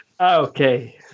Okay